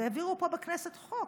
והעבירו פה בכנסת חוק,